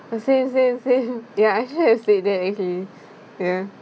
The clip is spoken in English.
the same same same ya I shouldn't have said that okay ya